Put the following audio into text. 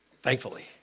thankfully